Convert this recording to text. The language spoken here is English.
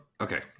okay